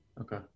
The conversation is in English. Okay